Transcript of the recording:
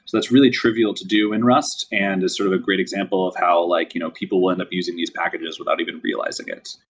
that's really trivial to do in rust and it's sort of a great example of how like you know people will end up using these packages without even realizing it.